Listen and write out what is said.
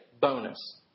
bonus